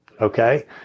okay